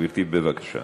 גברתי, בבקשה.